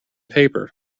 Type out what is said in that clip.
paper